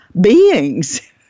beings